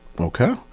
okay